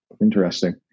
Interesting